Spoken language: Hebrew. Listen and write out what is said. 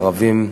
ערבים,